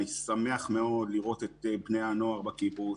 ואני שמח מאוד לראות את בני הנוער בקיבוץ,